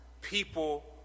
people